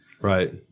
Right